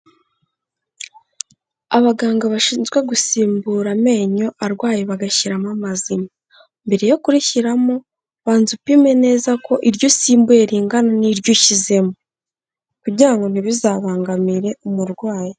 Abaganga bashinzwe gusimbura amenyo arwaye bagashyiramo amazima. Mbere yo kurishyiramo banza upime neza ko iryo usimbuye ringana n'iryo ushyizemo kugira ntibizabangamire umurwayi.